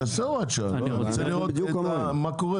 אנחנו בדיוק כמוהם.